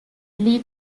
lead